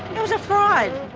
it was a fraud.